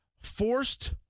forced